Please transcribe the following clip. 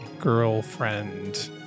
girlfriend